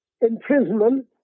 imprisonment